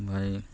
ଭାଇ